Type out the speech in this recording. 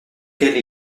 quelle